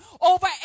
over